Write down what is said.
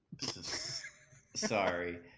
Sorry